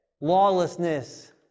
Lawlessness